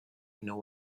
know